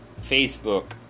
facebook